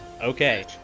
Okay